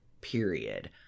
period